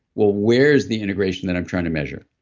well, where's the integration that i'm trying to measure,